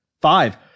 Five